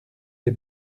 des